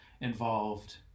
involved